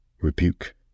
Rebuke